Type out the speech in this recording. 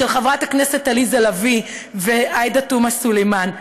של חברות הכנסת עליזה לביא ועאידה תומא סלימאן,